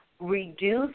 reduce